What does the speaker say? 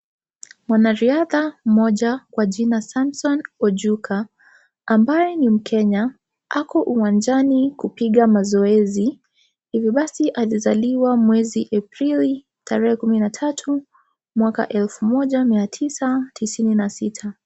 Mwanariadha mmoja kwa jina Samson Ojuka, ambaye ni Mkenya, ako uwanjani kupiga mazoezi. Hivi basi alizaliwa mwezi Aprili tarehe 13 mwaka 1996.